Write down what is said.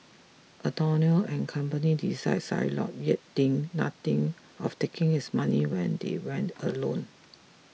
Antonio and company deride Shylock yet think nothing of taking his money when they want a loan